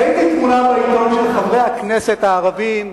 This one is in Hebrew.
ראיתי תמונה בעיתון של חברי הכנסת הערבים,